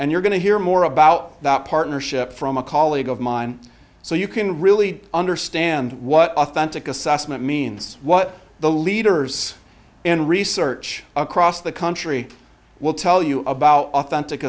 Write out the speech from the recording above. and you're going to hear more about that partnership from a colleague of mine so you can really understand what authentic assessment means what the leaders in research across the country will tell you about authentic